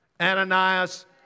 Ananias